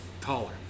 taller